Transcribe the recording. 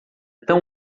tão